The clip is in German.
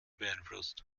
beeinflusst